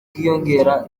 bwiyongera